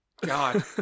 god